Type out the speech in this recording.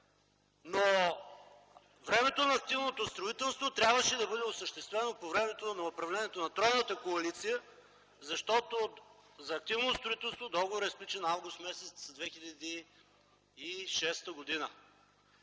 Но времето на активното строителство трябваше да бъде осъществено по времето на управлението на тройната коалиция, защото за активно строителство договорът е сключен м. август 2006 г.,